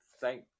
thank